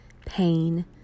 pain